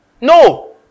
No